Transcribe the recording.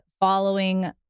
following